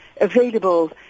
available